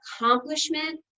accomplishment